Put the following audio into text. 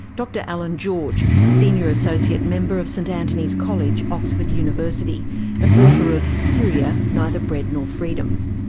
dr alan george, senior associate member of st anthony's college, oxford university and author of syria, neither bread nor freedom.